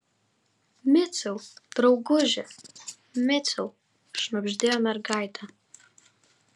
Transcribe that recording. miciau drauguži miciau šnabždėjo mergaitė